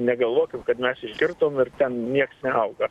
negalvokim kad mes iškirtom ir ten nieks neauga